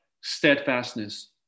steadfastness